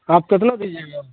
آپ کتنا دیجیے گا